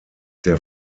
der